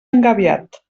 engabiat